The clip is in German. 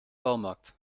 baumarkt